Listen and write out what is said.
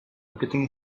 everything